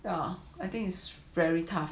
ya I think is very tough